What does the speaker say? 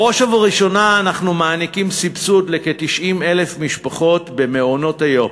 בראש ובראשונה אנחנו מעניקים סבסוד לכ-90,000 משפחות במעונות-היום